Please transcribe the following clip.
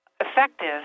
effective